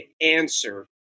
answer